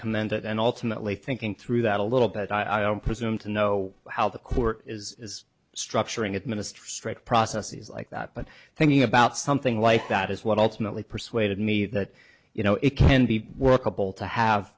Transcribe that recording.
commend that and ultimately thinking through that a little bit i don't presume to know how the court is structuring administrative processes like that but thinking about something like that is what ultimately persuaded me that you know it can be workable to have